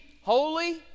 holy